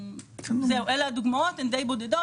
אלה הדוגמאות, הן די בודדות.